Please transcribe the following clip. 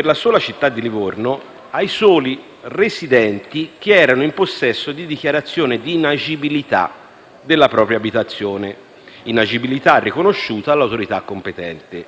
alla sola città di Livorno e ai soli residenti che erano in possesso di dichiarazione di inagibilità della propria abitazione, inagibilità riconosciuta dall'autorità competente. Il